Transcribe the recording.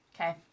Okay